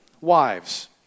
wives